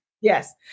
Yes